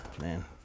Man